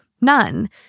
none